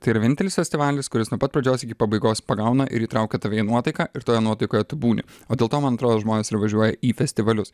tai yra vienintelis festivalis kuris nuo pat pradžios iki pabaigos pagauna ir įtraukia tave į nuotaiką ir toje nuotaikoje tu būni o dėl to man atrodo žmonės ir važiuoja į festivalius